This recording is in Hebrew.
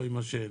לא עם מה שאין.